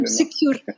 secure